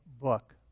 book